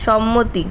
সম্মতি